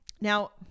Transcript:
Now